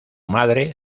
madre